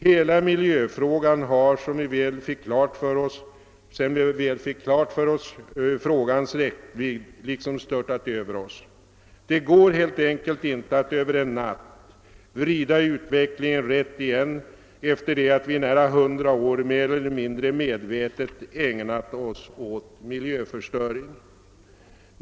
Hela mil jöfrågan har, sedan vi väl fick klart för oss frågans räckvidd, störtat över oss. Det går helt enkelt inte att över en natt vrida utvecklingen rätt igen efter att vi i nära hundra år mer eller mindre medvetet ägnat oss åt miljöförstöring.